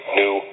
new